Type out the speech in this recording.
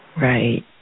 Right